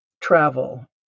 travel